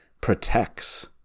protects